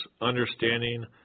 understanding